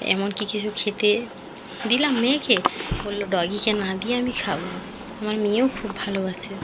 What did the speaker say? এমনকি কিছু খেতে দিলাম মেয়েকে বললো ডগিকে না দিয়ে আমি খাবো না আমার মেয়েও খুব ভালোবাসে